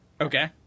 Okay